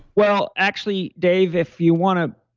well, actually, dave, if you want to